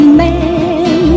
man